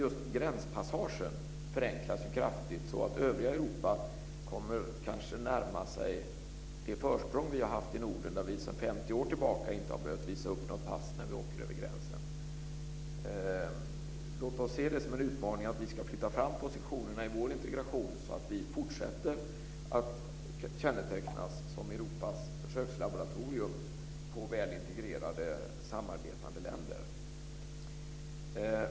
Just gränspassagen förenklas kraftigt så att övriga Europa kommer att närma sig det försprång vi har haft i Norden, där vi sedan 50 år tillbaka inte har behövt visa upp något pass när vi har åkt över gränsen. Låt oss se det som en utmaning att vi ska flytta fram positionerna i vår integration, så att vi fortsätter att kännetecknas som Europas försökslaboratorium av väl integrerade, samarbetande länder.